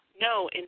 no